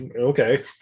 okay